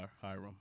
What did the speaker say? Hiram